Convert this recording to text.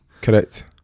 Correct